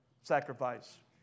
sacrifice